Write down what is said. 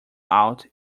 out